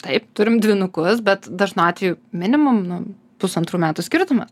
taip turim dvynukus bet dažnu atveju minimum nu pusantrų metų skirtumas